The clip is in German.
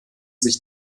sich